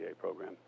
program